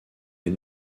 est